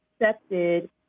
accepted